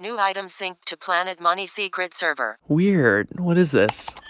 new item synced to planet money secret server weird. what is this?